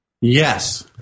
yes